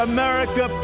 America